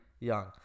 Young